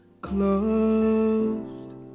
Closed